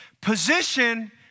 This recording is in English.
Position